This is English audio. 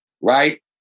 Right